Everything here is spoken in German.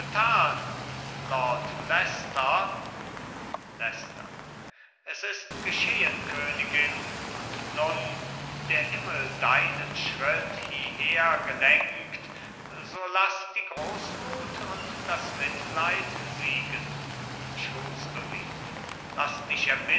es ist geschehen königin und nun der himmel deinen schritt hierhergelenkt so laß die großmut und das mitleid siegen shrewsbury laß dich